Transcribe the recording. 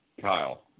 Kyle